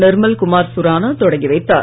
நிர்மல்குமார் சுரானா தொடங்கி வைத்தார்